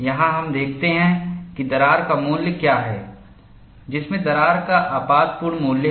यहाँ हम देखते हैं कि दरार का मूल्य क्या है जिसमें दरार का आपातपूर्ण मूल्य है